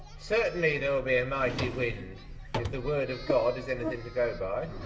certainly there'll be a mighty wind if the word of god is anything to go by.